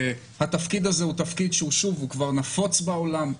התפקיד הזה הוא תפקיד שהוא כבר נפוץ בעולם,